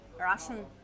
Russian